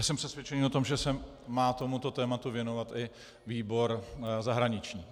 Jsem přesvědčený o tom, že se má tomuto tématu věnovat i výbor zahraniční.